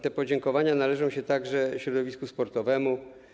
Te podziękowania należą się także środowisku sportowemu.